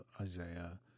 Isaiah